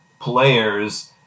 players